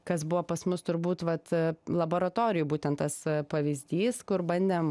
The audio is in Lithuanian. kas buvo pas mus turbūt vat laboratorijoj būtent tas pavyzdys kur bandėm